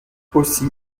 aussi